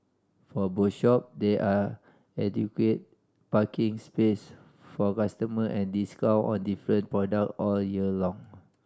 for both shop there are adequate parking space for customer and discount on different product all year long